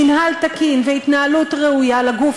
מינהל תקין והתנהלות ראויה לגוף